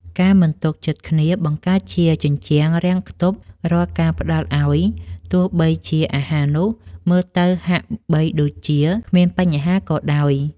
ភាពមិនទុកចិត្តគ្នាបានបង្កើតជាជញ្ជាំងរាំងខ្ទប់រាល់ការផ្តល់ឱ្យទោះបីជាអាហារនោះមើលទៅហាក់បីដូចជាគ្មានបញ្ហាក៏ដោយ។